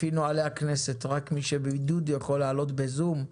לפי נוהלי הכנסת רק מי שבבידוד יכול לעלות בזום.